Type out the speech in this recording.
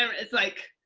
um it like